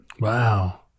Wow